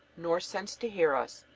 nor sense to hear us.